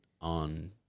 on